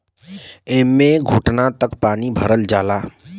एम्मे घुटना तक पानी भरल जाला